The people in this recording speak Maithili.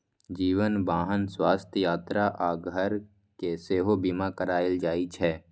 जीवन, वाहन, स्वास्थ्य, यात्रा आ घर के सेहो बीमा कराएल जाइ छै